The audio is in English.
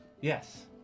Yes